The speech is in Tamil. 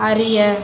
அறிய